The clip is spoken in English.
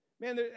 Man